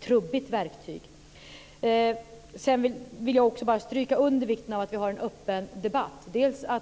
trubbigt verktyg. Jag vill också stryka under vikten av att vi har en öppen debatt.